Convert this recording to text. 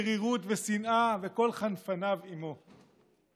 מרירות ושנאה וכל חנפניו עימו.